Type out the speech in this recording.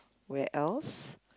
where else